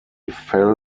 fell